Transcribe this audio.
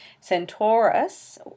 Centaurus